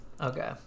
Okay